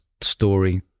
story